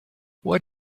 what